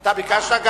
אתה ביקשת.